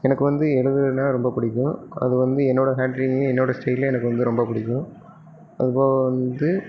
எனக்கு வந்து எழுதுறதுன்னா ரொம்ப பிடிக்கும் அது வந்து என்னோட ஹாண்ட்ரைட்டிங் என்னோட ஸ்டைல்ல எனக்கு வந்து ரொம்ப பிடிக்கும் அது போவ வந்து